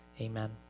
amen